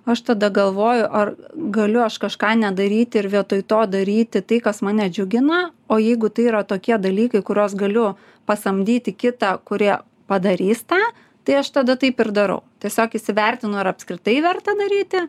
aš tada galvoju ar galiu aš kažką nedaryti ir vietoj to daryti tai kas mane džiugina o jeigu tai yra tokie dalykai kuriuos galiu pasamdyti kitą kurie padarys tą tai aš tada taip ir darau tiesiog įsivertinu ar apskritai verta daryti